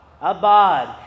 Abad